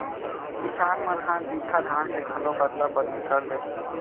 किसान मन ह बिजहा धान के घलोक अदला बदली कर लेथे